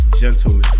gentlemen